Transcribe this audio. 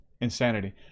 insanity